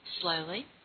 slowly